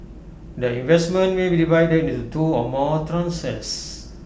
the investment may be divided into two or more tranches